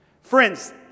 Friends